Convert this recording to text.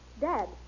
Dad